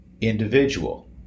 individual